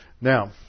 Now